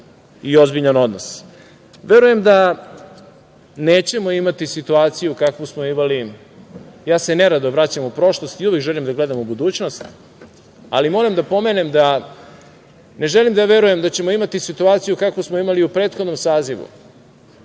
i ozbiljan odnos. Verujem da nećemo imati situaciju kakvu smo imali, ja se nerado vraćam u prošlost i uvek želim da gledam u budućnost, ali moram da pomenem da ne želim da verujem da ćemo imati situaciju kakvu smo imali u prethodnom sazivu.